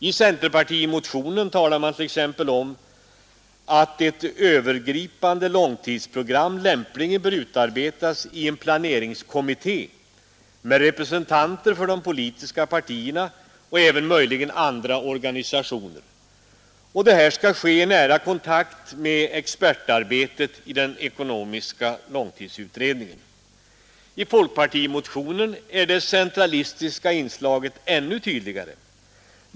I centerpartimotionen talas t.ex. om att ett övergripande långtidsprogram lämpligen bör utarbetas i en planeringskommitté med representanter för de politiska partierna och möjligen även andra organisationer. Detta skall ske i nära kontakt med expertarbetet i den ekonomiska långtidsutredningen. I folkpartimotionen är det centralistiska inslaget ännu tydligare.